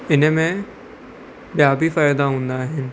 इन्हीअ में ॿिया बि फ़ाइदा हूंदा आहिनि